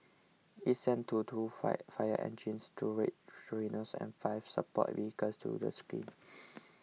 it sent two to five fire engines two Red Rhinos and five support vehicles to the scene